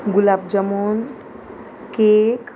गुलाब jamun cake